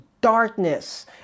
darkness